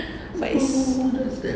but it's